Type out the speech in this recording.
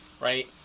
right